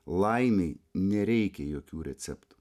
laimei nereikia jokių receptų